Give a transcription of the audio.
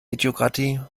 idiokratie